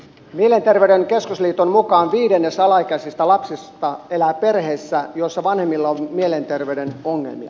mielenterveyden keskusliiton mukaan viidennes alaikäisistä lapsista elää perheissä joissa vanhemmilla on mielenterveyden ongelmia